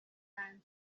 تغذیه